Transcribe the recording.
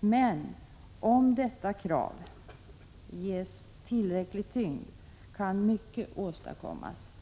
Men om detta krav ges tillräcklig tyngd kan mycket åstadkommas.